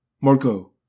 Marco